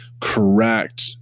correct